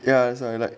ya that's why like